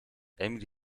emil